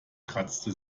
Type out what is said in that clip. kratzte